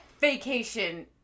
vacation